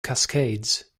cascades